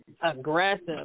aggressive